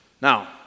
Now